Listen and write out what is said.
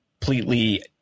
completely